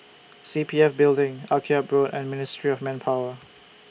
C P F Building Akyab Road and Ministry of Manpower